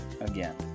again